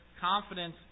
confidence